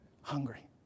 hungry